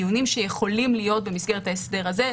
יכולים להיות במסגרת ההסדר הזה.